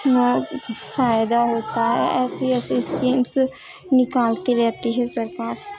فائدہ ہوتا ہے ایسی ایسی اسکیمس نکالتی رہتی ہے سرکار